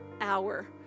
hour